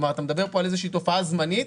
כלומר, אתה מדבר כאן על איזושהי תופעה זמנית.